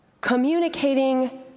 Communicating